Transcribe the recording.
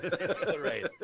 Right